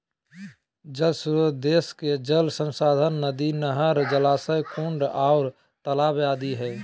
जल श्रोत देश के जल संसाधन नदी, नहर, जलाशय, कुंड आर तालाब आदि हई